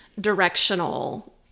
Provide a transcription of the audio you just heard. directional